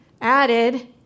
added